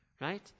right